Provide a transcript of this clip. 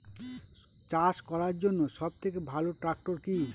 চাষ করার জন্য সবথেকে ভালো ট্র্যাক্টর কি?